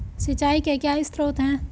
सिंचाई के क्या स्रोत हैं?